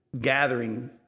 gathering